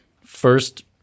first